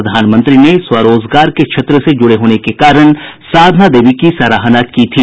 प्रधानमंत्री ने स्व रोजगार के क्षेत्र से जुड़े होने के कारण साधना देवी की सराहना की थी